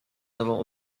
nową